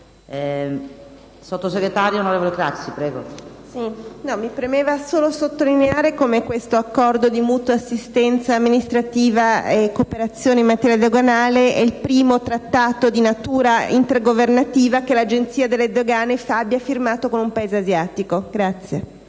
esteri*. Signora Presidente, mi preme solo sottolineare come questo Accordo di mutua assistenza amministrativa e cooperazione in materia doganale è il primo trattato di natura intergovernativa che l'Agenzia delle dogane abbia firmato con un Paese asiatico.